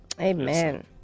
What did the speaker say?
Amen